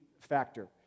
factor